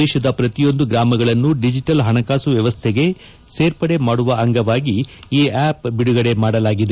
ದೇಶದ ಪ್ರತಿಯೊಂದು ಗ್ರಾಮಗಳನ್ನು ಡಿಜೆಟಲ್ ಪಣಕಾಸು ವ್ವವಸ್ಥೆಗೆ ಸೇರ್ಪಡೆ ಮಾಡುವ ಅಂಗವಾಗಿ ಈ ಆ್ಲಪ್ ಬಿಡುಗಡೆ ಮಾಡಲಾಗಿದೆ